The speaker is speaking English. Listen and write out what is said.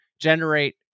generate